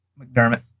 McDermott